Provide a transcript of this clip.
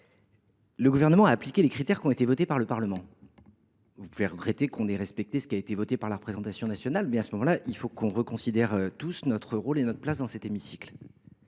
Le Gouvernement a appliqué les critères qui ont été votés par le Parlement. Si vous regrettez que nous ayons respecté ce qui a été voté par la représentation nationale, nous devons tous reconsidérer notre rôle et notre place dans cet hémicycle